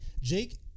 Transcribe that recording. Jake